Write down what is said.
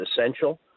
essential